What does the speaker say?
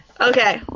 Okay